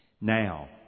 Now